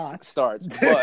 starts